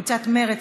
קבוצת מרצ,